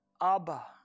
Abba